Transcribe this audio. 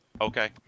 Okay